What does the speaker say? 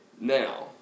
now